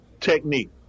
technique